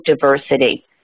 diversity